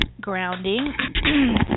grounding